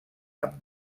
amb